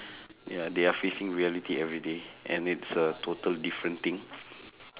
ya they are facing reality everyday and it's a total different thing